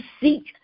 seek